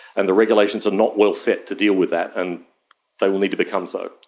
and the regulations are not well set to deal with that and they will need to become so.